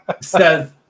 says